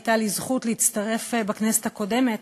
הייתה לי זכות להצטרף בכנסת הקודמת